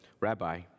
Rabbi